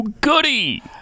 goody